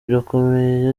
birakomeye